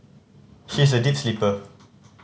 she is a deep sleeper